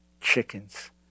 chickens